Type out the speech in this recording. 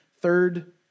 third